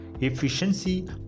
efficiency